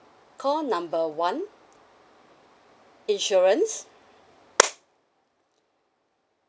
call number one insurance